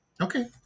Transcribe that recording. Okay